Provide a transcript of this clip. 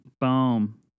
Boom